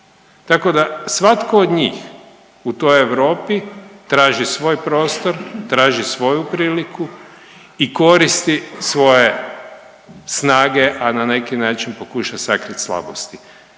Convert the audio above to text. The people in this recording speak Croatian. Tako da svatko od njih u toj Europi traži svoj prostor, traži svoju priliku i koristi svoje snage, a na neki način pokuša sakrit slabosti